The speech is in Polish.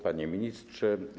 Panie Ministrze!